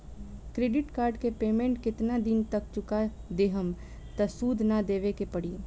Credit card के payment केतना दिन तक चुका देहम त सूद ना देवे के पड़ी?